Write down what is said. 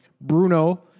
Bruno